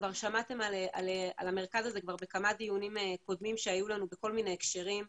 כבר שמעתם על המרכז הזה בכמה דיונים קודמים שהיו לנו בכל מיני הקשרים,